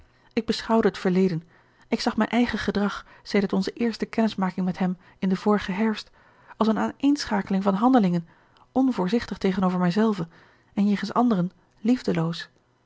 ik beschouwde het verleden ik zag mijn eigen gedrag sedert onze eerste kennismaking met hem in den vorigen herfst als eene aaneenschakeling van handelingen onvoorzichtig tegenover mijzelve en jegens anderen